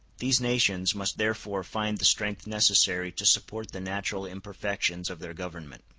these nations must therefore find the strength necessary to support the natural imperfections of their government.